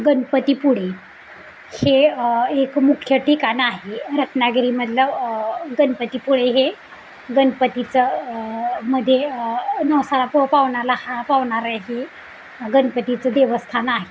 गणपतीपुळे हे एक मुख्य ठिकाण आहे रत्नागिरीमधलं गणपतीपुळे हे गणपतीचं मध्ये नवसाला प पावाणारा हा पावणारं हे गणपतीचं देवस्थान आहे